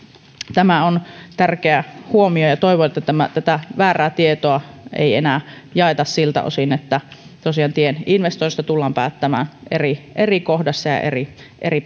tämä on tärkeä huomio ja toivon että tätä väärää tietoa ei enää jaeta siltä osin sillä tosiaan tien investoinnista tullaan päättämään eri eri kohdassa ja eri eri